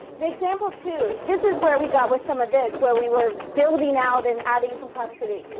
the example two, this is where we got with some of this, where we were building out and adding complexity.